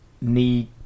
need